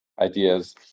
ideas